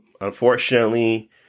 unfortunately